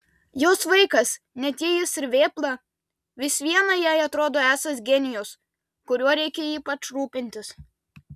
jos vaikas net jei jis ir vėpla vis viena jai atrodo esąs genijus kuriuo reikia ypač rūpintis